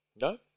no